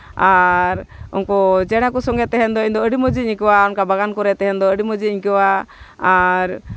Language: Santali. ᱟᱨ ᱩᱱᱠᱩ ᱪᱮᱬᱮ ᱠᱚ ᱥᱚᱝᱜᱮ ᱛᱟᱦᱮᱱ ᱫᱚ ᱤᱧᱫᱚ ᱟᱹᱰᱤ ᱢᱚᱡᱽ ᱤᱧ ᱟᱹᱭᱠᱟᱹᱣᱟ ᱚᱱᱠᱟ ᱵᱟᱜᱟᱱ ᱠᱚᱨᱮᱜ ᱛᱟᱦᱮᱱ ᱫᱚ ᱟᱹᱰᱤ ᱢᱚᱡᱽ ᱤᱧ ᱟᱹᱭᱠᱟᱹᱣᱟ ᱟᱨ